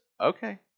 okay